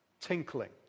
tinkling